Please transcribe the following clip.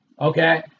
Okay